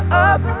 up